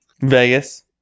Vegas